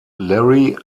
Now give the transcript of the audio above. larry